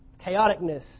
Chaoticness